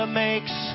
makes